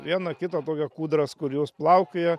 vieną kitą tokią kūdras kur jos plaukioja